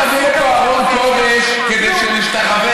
אולי צריך להביא לפה ארון קודש כדי שנשתחווה.